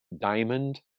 diamond